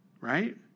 right